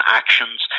actions